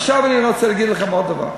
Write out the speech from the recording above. עכשיו אני רוצה להגיד לכם עוד דבר.